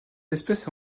espèce